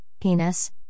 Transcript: penis